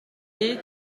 est